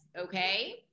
okay